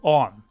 on